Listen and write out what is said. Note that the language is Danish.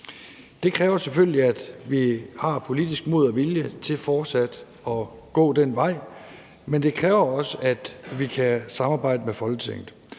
Det kræver selvfølgelig, at vi har politisk mod og vilje til fortsat at gå den vej, men det kræver også, at vi kan samarbejde med Folketinget.